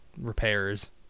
repairs